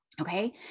Okay